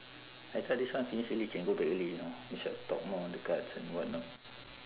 I thought this one finish early can go back early you know we should have talk more on the cards and whatnot